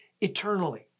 eternally